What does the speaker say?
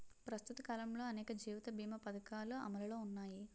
ప్రస్తుత కాలంలో అనేక జీవిత బీమా పధకాలు అమలులో ఉన్నాయి